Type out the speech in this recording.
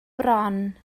bron